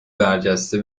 برجسته